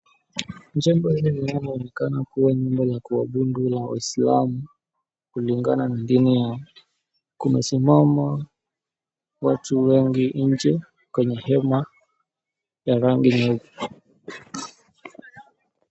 Jengo hili linaloonekana kuwa nyumba ya kuabudu la waislamu kulingana na dini yao kumesimama watu wengi nje kwenye hema ya rangi nyeupe.